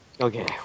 okay